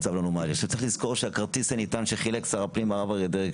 צריך לזכור שהכרטיס הנטען שחילק שר הפנים הרב אריה דרעי,